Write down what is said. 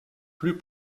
plus